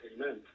Amen